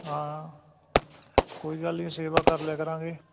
ਹਾਂ ਕੋਈ ਗੱਲ ਨਹੀਂ ਸੇਵਾ ਕਰ ਲਿਆ ਕਰਾਂਗੇ